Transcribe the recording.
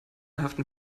haften